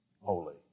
Holy